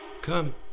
come